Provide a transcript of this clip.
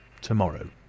Tomorrow